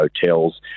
hotels